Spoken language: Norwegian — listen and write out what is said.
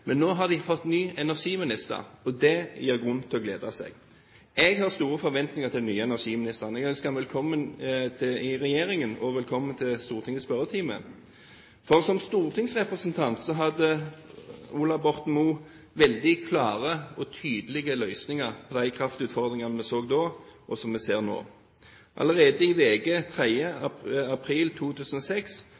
Men nå har de fått ny energiminister, og det gir grunn til å glede seg. Jeg har store forventninger til den nye energiministeren. Jeg ønsker ham velkommen i regjeringen og velkommen til Stortingets spørretime, for som stortingsrepresentant hadde Ola Borten Moe veldig klare og tydelige løsninger på de kraftutfordringene vi så da, og som vi ser nå. Allerede i VG 3. april 2006